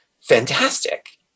fantastic